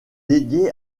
dédiée